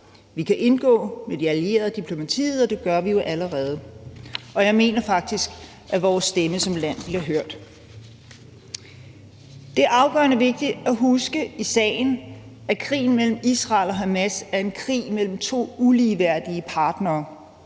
Vi kan indgå med de allierede og diplomatiet, og det gør vi jo allerede, og jeg mener faktisk, at vores stemme som land bliver hørt. Det er afgørende vigtigt at huske i sagen, at krigen mellem Israel og Hamas er en krig mellem to ikke ligeværdige partnere.